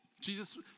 Jesus